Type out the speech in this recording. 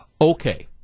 Okay